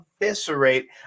Eviscerate